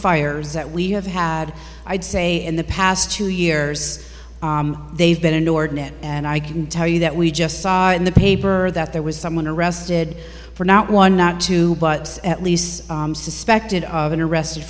fires that we have had i'd say in the past two years they've been inordinate and i can tell you that we just saw in the paper that there was someone arrested for not one not two but at least suspected of an arrest